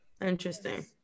Interesting